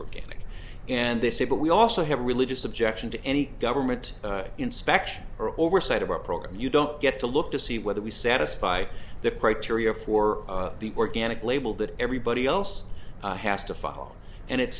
organic and they say but we also have a religious objection to any government inspection or oversight of our program you don't get to look to see whether we satisfy the criteria for the organic label that everybody else has to follow and at